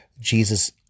Jesus